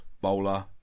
bowler